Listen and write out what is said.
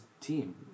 team